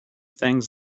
things